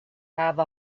have